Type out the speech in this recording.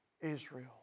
Israel